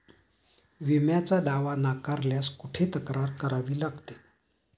विम्याचा दावा नाकारल्यास कुठे तक्रार करावी लागते?